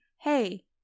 hey